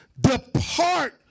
depart